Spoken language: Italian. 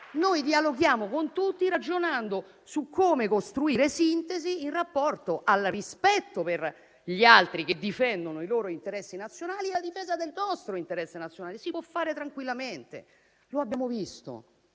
Noi dialoghiamo con tutti, ragionando su come costruire sintesi in rapporto al rispetto per gli altri che difendono i loro interessi nazionali e alla difesa del nostro interesse nazionale. Si può fare tranquillamente e lo abbiamo visto,